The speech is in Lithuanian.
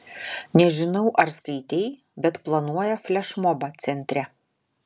nežinau ar skaitei bet planuoja flešmobą centre